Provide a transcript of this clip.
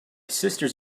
sisters